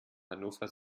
hannover